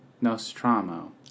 Nostromo